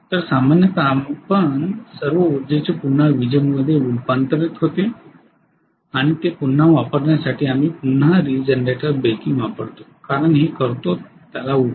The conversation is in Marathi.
तर सामान्यत आपण सर्व ऊर्जेचे पुन्हा विजेमध्ये रुपांतरित होते आणि ते पुन्हा वापरण्यासाठी आम्ही पुन्हा रीजनरेटर ब्रेकिंग वापरतो आपण हे करतो त्याला उठवा